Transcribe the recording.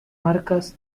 marcas